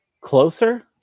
closer